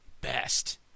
best